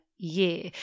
Year